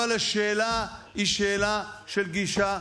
אבל השאלה היא שאלה של גישה בסיסית,